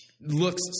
looks